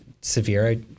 severe